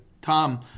Tom